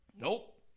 Nope